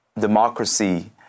democracy